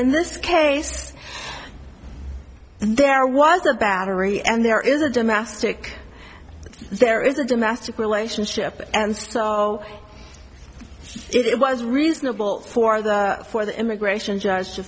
in this case there was a battery and there is a domestic there is a domestic relationship and so it was reasonable for the for the immigration judge to